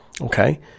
Okay